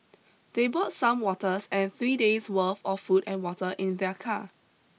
they brought some waters and three days' worth of food and water in their car